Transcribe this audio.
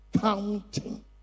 counting